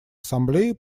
ассамблеи